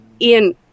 ian